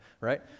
Right